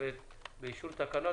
אנחנו באישור התקנות,